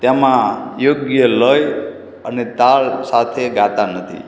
તેમાં યોગ્ય લય અને તાલ સાથે ગાતા નથી